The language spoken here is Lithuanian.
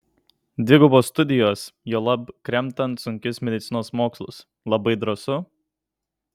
dvigubos studijos juolab kremtant sunkius medicinos mokslus labai drąsu